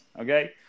okay